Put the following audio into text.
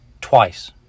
Twice